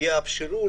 י"ג שבט תשפ"א,